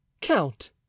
count